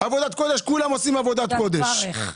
כולם עושים עבודת קודש.